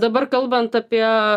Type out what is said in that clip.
dabar kalbant apie